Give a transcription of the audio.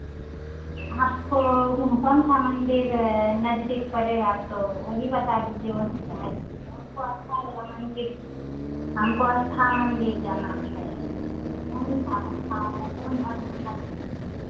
आपको कौन सा मंदिर नज़दीक पड़ेगा तो वही बता दीजिए वहीं पर आ जाएँगे हमको अच्छा वाला मंदिर हमको अच्छा मंदिर जाना है कौन सा अच्छा है कौन भगवान अच्छा